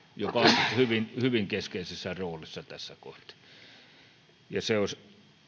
joka on hyvin hyvin keskeisessä roolissa tässä kohti sitä olisi